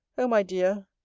oh! my dear!